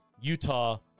Utah